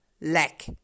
lack